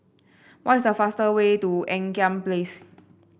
what is the fastest way to Ean Kiam Place